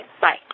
Bye